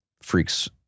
Freaks